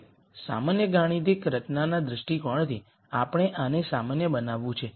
હવે સામાન્ય ગાણિતિક રચનાના દ્રષ્ટિકોણથી આપણે આને સામાન્ય બનાવવાનું છે